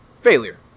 Failure